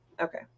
Okay